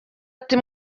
ati